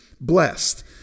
blessed